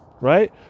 right